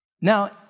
Now